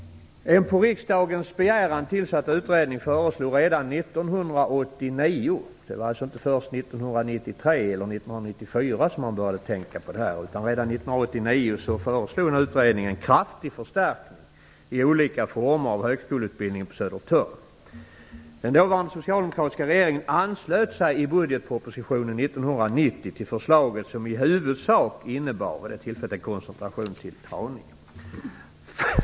En på riksdagens begäran tillsatt utredning föreslog redan 1989 - det var alltså inte först 1993 eller 1994 som man började tänka på detta, utan redan 1989 - en kraftig förstärkning i olika former av högskoleutbildning på Södertörn. Den dåvarande socialdemokratiska regeringen anslöt sig i budgetpropositionen 1990 till förslaget, som i huvudsak innebar en koncentration till Haninge.